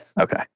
Okay